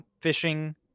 fishing